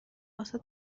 واسه